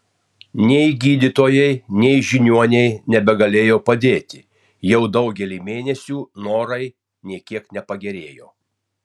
nei gydytojai nei žiniuoniai nebegalėjo padėti jau daugelį mėnesių norai nė kiek nepagerėjo